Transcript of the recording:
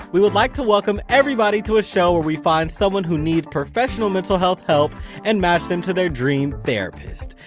we would like to welcome everybody to a show where we find someone who needs professional mental health help and match them to their dream therapist.